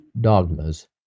dogmas